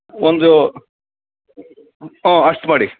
ಒಂದು ಹ್ಞೂ ಅಷ್ಟು ಮಾಡಿ